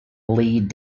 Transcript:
lead